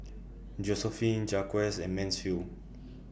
Josephine Jacquez and Mansfield